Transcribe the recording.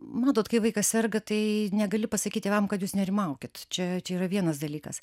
matot kai vaikas serga tai negali pasakyt tėvam kad jūs nerimaukit čia čia yra vienas dalykas